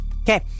Okay